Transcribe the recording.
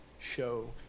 show